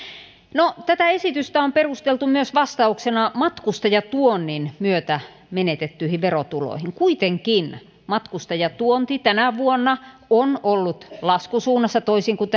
no tätä esitystä on perusteltu myös vastauksena matkustajatuonnin myötä menetettyihin verotuloihin kuitenkin matkustajatuonti tänä vuonna on ollut laskusuunnassa toisin kuin